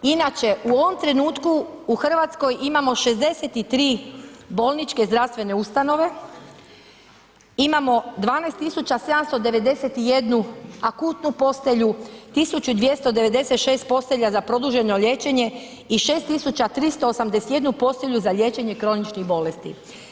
Inače, u ovom trenutku u Hrvatskoj imamo 63 bolničke zdravstvene ustanove, imamo 12 791 akutnu postelju, 1296 postelja za produženo liječenje i 6 381 postelju za liječenje kroničnih bolesti.